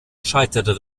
scheiterte